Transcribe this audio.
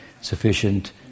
sufficient